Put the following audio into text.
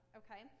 okay